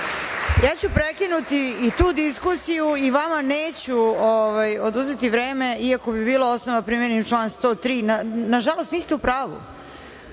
Ja ću prekinuti i tu diskusiju i vama neću oduzeti vreme, i ako bi bilo osnovano da primenim član 103. Nažalost, vi ste u pravu.